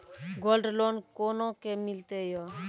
Gold loan कोना के मिलते यो?